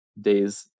days